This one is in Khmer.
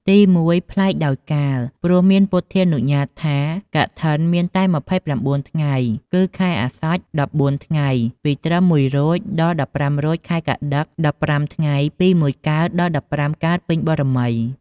ទីមួយ ប្លែកដោយកាល ព្រោះមានពុទ្ធានុញ្ញាតថា កឋិនមានតែ២៩ថ្ងៃ គឺខែអស្សុជ ១៤ថ្ងៃ ពីត្រឹម១រោច ដល់១៥រោច ខែកត្តិក ១៥ថ្ងៃ ពីត្រឹម១កើត ដល់១៥កើត ពេញបូណ៌មី។